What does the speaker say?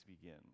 begin